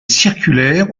circulaires